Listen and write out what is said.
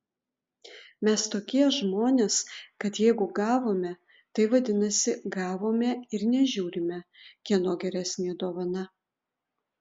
mes tokie žmonės kad jeigu gavome tai vadinasi gavome ir nežiūrime kieno geresnė dovana